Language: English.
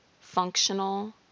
functional